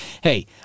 hey